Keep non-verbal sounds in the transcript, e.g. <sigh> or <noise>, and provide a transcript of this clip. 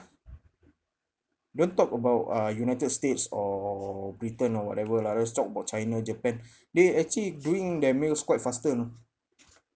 don't talk about uh united states or britain or whatever lah let's talk about china japan <breath> they actually bring their mails quite faster you know